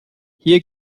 hier